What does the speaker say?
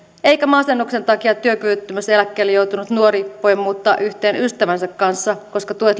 eikä masennuksen takia työkyvyttömyyseläkkeelle joutunut nuori voi muuttaa yhteen ystävänsä kanssa koska tuet